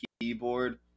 keyboard